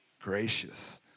gracious